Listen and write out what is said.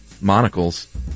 Monocles